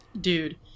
dude